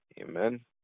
Amen